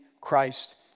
Christ